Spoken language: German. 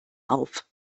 auf